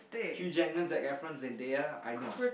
Hugh-Jackman Zac-Efron Zendaya I know